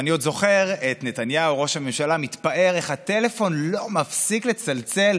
אני עוד זוכר את נתניהו ראש הממשלה מתפאר איך הטלפון לא מפסיק לצלצל,